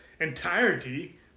entirety